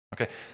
Okay